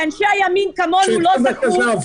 לאנשי שמאל כי אנשי ימין כמונו לא --- אני